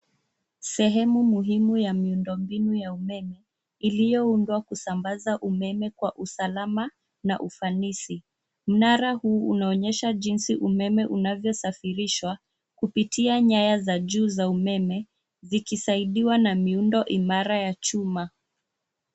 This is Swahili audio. Sehemu muhimu ya miundo mbinu ya umeme, iliyoundwa kusambaza umeme kwa usalama na ufanisi. Mnara huu unaonyesha jinsi umeme unavyosafirishwa, kupitia nyaya za juu za umeme, zikisaidiwa na miundo imara ya chuma.